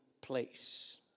place